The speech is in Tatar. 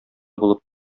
булып